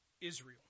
Israel